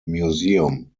museum